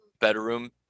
bedroom